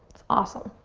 awesome.